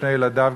ושני ילדיו,